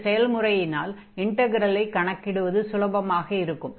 இந்த செயல்முறையினால் இன்டக்ட்ரலை கணக்கிடுவது சுலபமாக இருக்கும்